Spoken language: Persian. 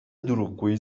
دروغگویی